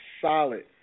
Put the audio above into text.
solid